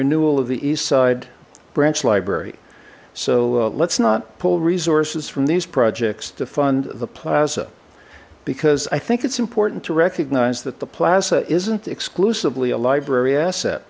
renewal of the eastside branch library so let's not pull resources from these projects to fund the plaza because i think it's important to recognize that the plaza isn't exclusively a library asset